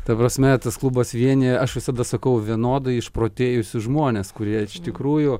ta prasme tas klubas vienija aš visada sakau vienodai išprotėjusius žmones kurie iš tikrųjų